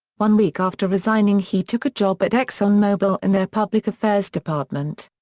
one week after resigning he took a job at exxon mobil in their public affairs department.